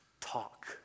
talk